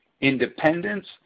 independence